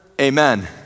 amen